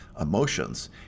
emotions